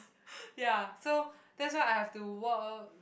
ya so that's why I have to work